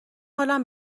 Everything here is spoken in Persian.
حالم